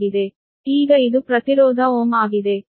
ಈಗ ಇದು ಪ್ರತಿರೋಧ ಓಮ್ ಆಗಿದೆ